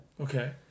okay